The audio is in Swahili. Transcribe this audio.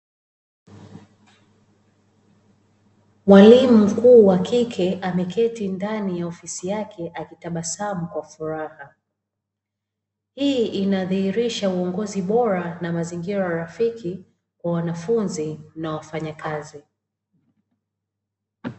Mwalimu mkuu wa kike ameketi ndani ya ofisi yake akitabasamu kwa furaha, hii inadhihirisha uongozi bora na mazingira rafiki kwa wanafunzi na wafanyakazi.